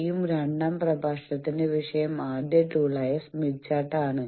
ഈ രണ്ടാം പ്രഭാഷണത്തിന്റെ വിഷയം ആദ്യ ടൂൾ ആയ സ്മിത്ത് ചാർട്ട് ആണ്